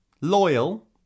Loyal